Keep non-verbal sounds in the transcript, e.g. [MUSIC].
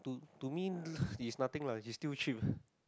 to to me [BREATH] it's nothing lah it's still cheap [BREATH]